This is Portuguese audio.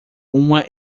uma